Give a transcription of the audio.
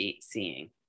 seeing